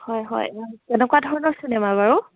হয় হয় কেনেকুৱা ধৰণৰ চিনেমা বাৰু